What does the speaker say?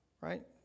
right